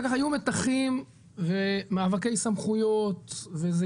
אחר כך היו מתחים ומאבקי סמכויות וזה